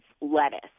lettuce